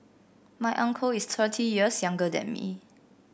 my uncle is thirty years younger than me